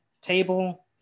Table